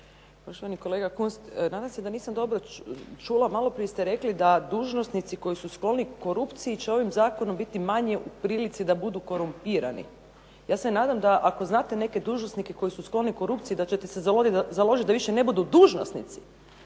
Poštovani kolega Kunst nadam se da nisam dobro čula, maloprije ste rekli da dužnosnici koji su skloni korupciji će ovim zakonom biti manje u prilici da budu korumpirani. Ja se nadam da ako znate neke dužnosnike koji su skloni korupciji da ćete se založiti da više ne budu dužnosnici,